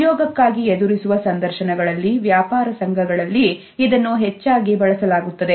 ಉದ್ಯೋಗಕ್ಕಾಗಿ ಎದುರಿಸುವ ಸಂದರ್ಶನಗಳಲ್ಲಿ ವ್ಯಾಪಾರ ಸಂಘಗಳಲ್ಲಿ ಇದನ್ನು ಹೆಚ್ಚಾಗಿ ಬಳಸಲಾಗುತ್ತದೆ